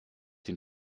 den